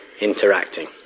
interacting